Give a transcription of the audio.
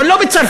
אבל לא בצרפת,